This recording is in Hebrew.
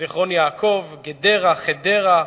זיכרון-יעקב, גדרה, חדרה,